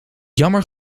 jammer